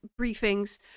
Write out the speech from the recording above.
briefings